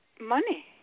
money